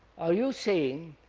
are you saying